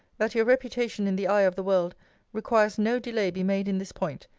that your reputation in the eye of the world requires no delay be made in this point,